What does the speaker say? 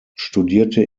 studierte